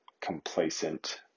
complacent